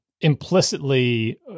implicitly